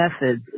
method